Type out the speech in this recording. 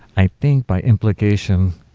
i think by implication,